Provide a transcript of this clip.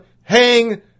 hang